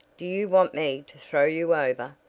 do you want me to throw you over?